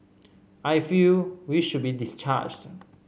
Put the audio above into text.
I feel we should be discharged